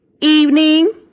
evening